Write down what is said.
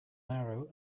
narrow